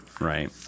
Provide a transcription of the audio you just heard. right